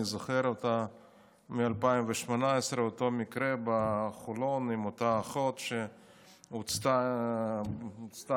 אני זוכר את אותו מקרה מ-2018 בחולון עם אותה אחות שהוצתה למוות,